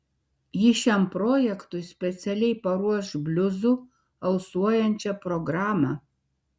ji šiam projektui specialiai paruoš bliuzu alsuojančią programą